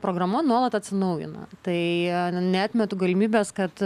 programa nuolat atsinaujina tai neatmetu galimybės kad